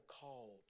called